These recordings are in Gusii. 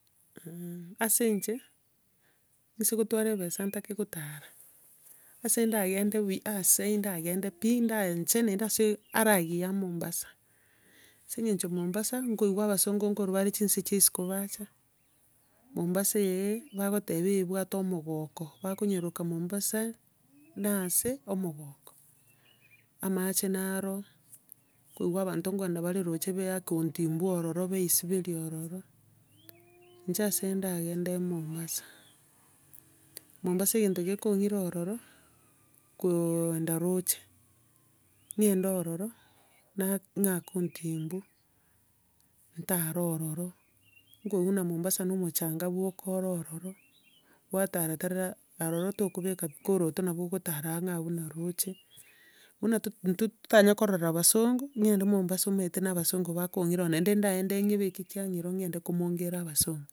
ase inche, nigise kotwara ebesa ntake gotara, ase ndagende buya aase ndagende pi, ndae- inche naende ase ara agiya, mombasa. Ase eng'encho mombasa, nkoigwa abasongo nkorwa bare nchinse chia isiko bacha, mombasa eye, bagoteba eebwate omogoko, bakonyeroka mombasa na ase omogoko. Amache naro ororo, nkoigwa abanto nkogenda bare roche baeaka ontimbu ororo baesiberia ororo, inche ase ndagende mombasa. Mombasa egento gekong'ira ororo, koogenda roche, ng'ende ororo, ng'ake ontimbu, ntare ororo, nkoigwa mombasa na omochanga bwoka oro ororo, kwatara tara arororo togobeka bikoroto nabo ogotara aang'e abwo na roche, buna to- ntwo- ntotanya korora basongo, ng'ende mombasa omanyete na abasongo bakong'ira ororo, naende ndagende ng'ebeke kiang'ira ororo ng'ende komongera abasongo,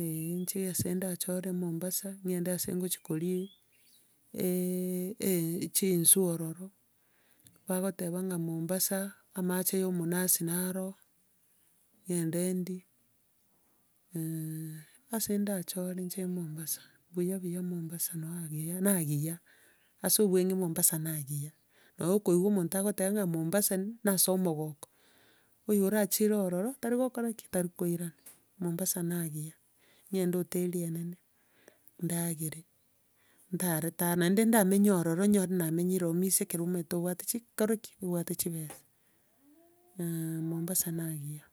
eeh, inche ase ndachore mombasa, ng'ende ase gochia koria chinswe ororo, bagoteba ng'a mombasa, amache ya omonazi naro, ng'ende ndie, ase ndachore inche mombasa, buya buya mombasa naro agiya, na agiya, ase obweng'e mombasa na agiya. Nabo okoigwa omonto agoteba ng'a mombasa nase omogoko. Oyo orachire ororo tarigokora ki? Tarikoirana, mombasa na agiya. Ng'ende hoteli enene, ndagere, ntare ntare, naende ndamenya ororo nyoore naamenyire ororo misia ekero omanyete obwate chikora ki? Obwate chibesa mombasa na agiya.